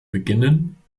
beginnen